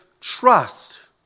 trust